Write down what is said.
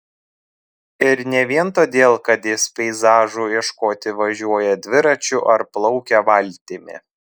ir ne vien todėl kad jis peizažų ieškoti važiuoja dviračiu ar plaukia valtimi